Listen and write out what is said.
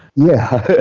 yeah.